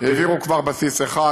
העבירו כבר בסיס אחד,